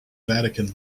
vatican